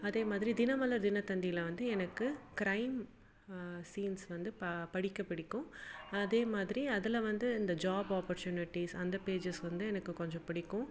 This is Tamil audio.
அதே மாதிரி தினமலர் தினத்தந்தில வந்து எனக்கு க்ரைம் சீன்ஸ் வந்து ப படிக்க பிடிக்கும் அதே மாதிரி அதில் வந்து இந்த ஜாப் ஆப்பர்சுனிட்டீஸ் அந்த பேஜஸ் வந்து எனக்கு கொஞ்சம் பிடிக்கும்